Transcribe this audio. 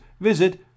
visit